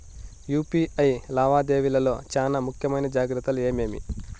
UPI లావాదేవీల లో చానా ముఖ్యమైన జాగ్రత్తలు ఏమేమి?